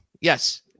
Yes